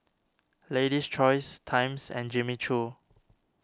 Lady's Choice Times and Jimmy Choo